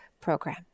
program